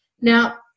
Now